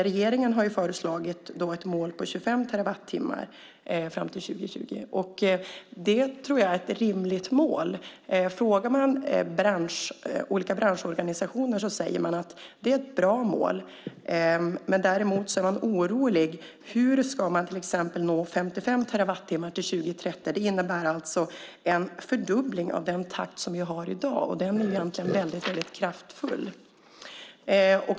Regeringen har föreslagit ett mål på 25 terawattimmar år 2020. Det tror jag är ett rimligt mål. Om man frågar olika branschorganisationer säger de att det är ett bra mål. Däremot är de oroliga för hur de till exempel ska nå 55 terawattimmar till 2030. Det innebär alltså en fördubbling av den takt som vi har i dag, och den är egentligen mycket kraftfull.